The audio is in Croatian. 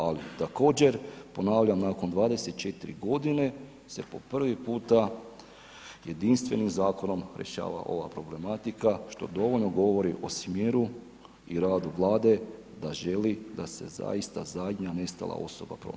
Ali također ponavljam, nakon 24 godine se po prvi puta jedinstvenim zakonom rješava ova problematika što dovoljno govori o smjeru i radu Vlade da želi da se zaista zadnja nestala osoba pronađe.